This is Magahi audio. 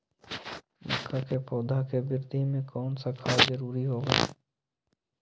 मक्का के पौधा के वृद्धि में कौन सा खाद जरूरी होगा?